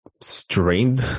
strained